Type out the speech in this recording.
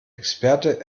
experte